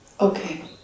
Okay